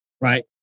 right